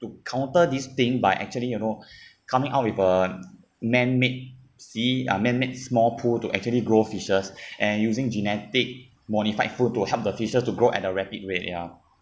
to counter this thing by actually you know coming out with a manmade sea uh manmade small pool to actually grow fishes and using genetic modified food to help the fishes to grow at a rapid rate ya